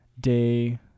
day